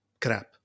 crap